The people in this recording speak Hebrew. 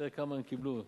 תראה כמה הם קיבלו.